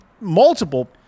multiple